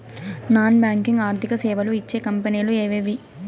Non banking ఆర్థిక సేవలు ఇచ్చే కంపెని లు ఎవేవి?